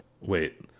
Wait